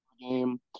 Game